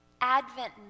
Advent